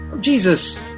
Jesus